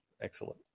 excellent